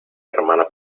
hermana